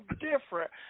different